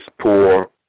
poor